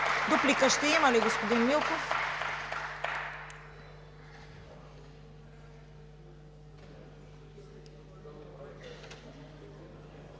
Дуплика ще имате ли, господин Милков?